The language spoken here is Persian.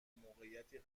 موقعیتی